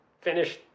finish